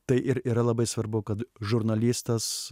tai ir yra labai svarbu kad žurnalistas